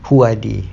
who are they